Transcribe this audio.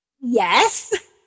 Yes